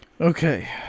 Okay